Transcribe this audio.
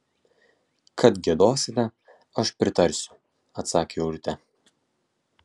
kad giedosite aš pritarsiu atsakė urtė